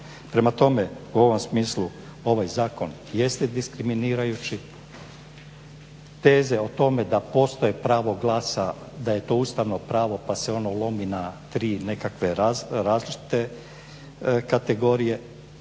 Prema tome, u ovom smislu ovaj zakon jeste diskriminirajući. Teze o tome da postoji pravo glasa da je to ustavno pravo pa se ono lomi na tri nekakve različite kategorije,